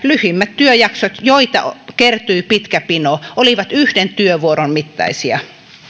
lyhimmät työjaksot joita kertyi pitkä pino olivat yhden työvuoron mittaisia